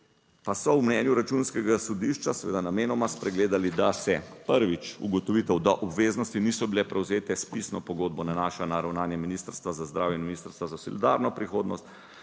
pa so v mnenju Računskega sodišča seveda namenoma spregledali, da se, prvič, ugotovitev, da obveznosti niso bile prevzete s pisno pogodbo, nanaša na ravnanje Ministrstva za zdravje in Ministrstva za solidarno prihodnost,